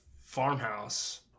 farmhouse